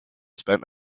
spent